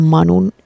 Manun